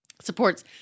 Supports